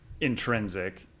intrinsic